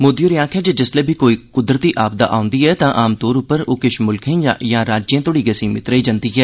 मोदी होरें आक्खेआ जे जिस्सलै बी कोई कुदरती आपदा औन्दी ऐ तां आम तौर उप्पर ओह् किश मुल्खें जां राज्यें तोड़ी सीमित होन्दी ऐ